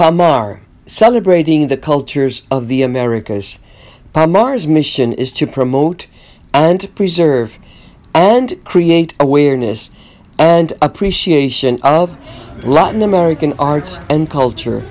parmar celebrating the cultures of the americas by mars mission is to promote and to preserve and create awareness and appreciation of latin american arts and culture